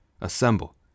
Assemble